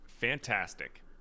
Fantastic